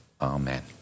Amen